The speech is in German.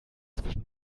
zwischen